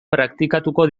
praktikatuko